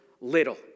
little